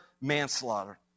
manslaughter